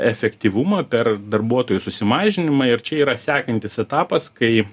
efektyvumą per darbuotojų susimažinimą ir čia yra sekantis etapas kai